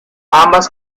ambas